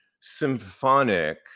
symphonic